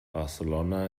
barcelona